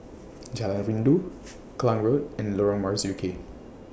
Jalan Rindu Klang Road and Lorong Marzuki